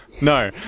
No